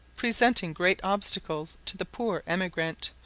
presenting great obstacles to the poor emigrant,